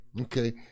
Okay